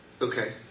Okay